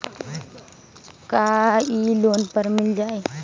का इ लोन पर मिल जाइ?